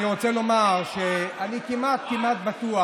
אני רוצה לומר שאני כמעט כמעט בטוח